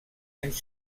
anys